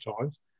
times